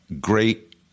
great